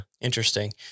Interesting